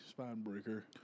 spinebreaker